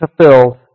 fulfilled